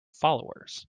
followers